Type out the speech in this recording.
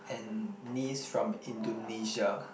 and knees from Indonesia